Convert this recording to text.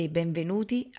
benvenuti